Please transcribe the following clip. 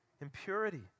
impurity